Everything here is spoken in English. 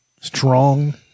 Strong